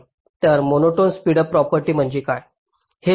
तर monotone speedup property म्हणजे काय